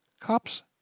Cups